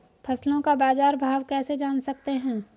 फसलों का बाज़ार भाव कैसे जान सकते हैं?